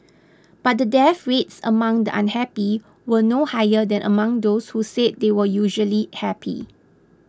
but the death rates among the unhappy were no higher than among those who said they were usually happy